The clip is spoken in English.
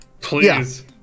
Please